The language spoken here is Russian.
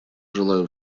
желаю